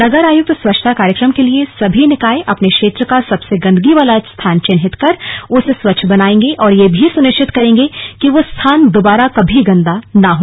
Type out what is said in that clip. नगर आयुक्त स्वछता कार्यक्रम के लिए सभी निकाय अपने क्षेत्र का सबसे गन्दगी वाला स्थान चिन्हित कर उसे स्वच्छ बनायेंगे और यह भी सुनिश्चित करेंगे की वो स्थान दोबारा कभी गन्दा ना हो